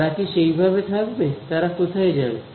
তারা কি সেইভাবে থাকবে তারা কোথায় যাবে